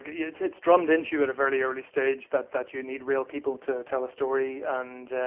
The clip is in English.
yeah it's it's drummed into you at a very early stage that that you need real people to tell a story. and